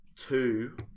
Two